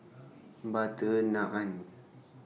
Butter Naan